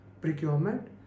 procurement